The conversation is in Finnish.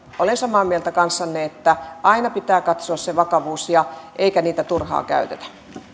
olen samaa mieltä kanssanne että aina pitää katsoa se vakavuus eikä niitä turhaan käytetä